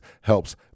helps